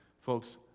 folks